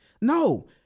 No